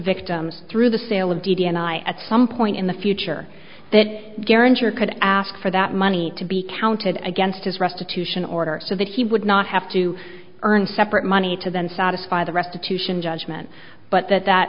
victims through the sale of d n i at some point in the future that guarantee or could ask for that money to be counted against his restitution order so that he would not have to earn separate money to then satisfy the restitution judgment but that that